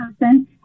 person